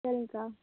சரிங்கக்கா